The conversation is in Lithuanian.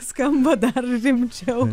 skamba dar rimčiau